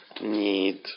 need